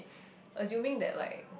assuming that like